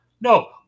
No